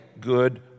good